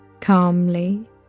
Calmly